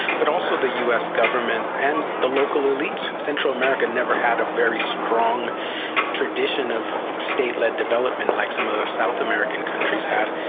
but also the us government and the local elites. central america never had a very strong tradition of state-led development like some of the south american countries had,